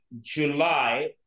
July